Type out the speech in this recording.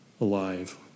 alive